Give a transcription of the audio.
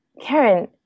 Karen